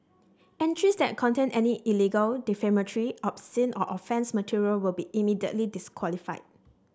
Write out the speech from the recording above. entries that contain any illegal defamatory obscene or offensive material will be immediately disqualified